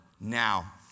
Now